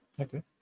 Okay